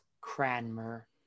Cranmer